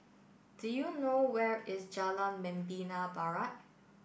do you know where is Jalan Membina Barat